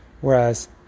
whereas